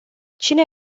cine